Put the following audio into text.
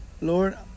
Lord